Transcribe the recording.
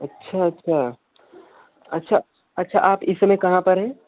अच्छा अच्छा अच्छा अच्छा आप इस समय आप कहाँ पर हैं